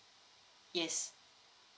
yes